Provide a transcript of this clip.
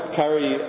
carry